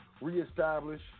reestablish